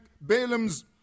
Balaam's